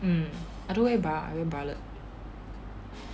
mm I don't wear bra I wear bralette